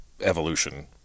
evolution